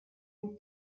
une